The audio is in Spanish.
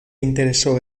interesó